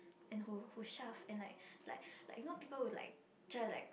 and who who shove and like like like you know people who like try to like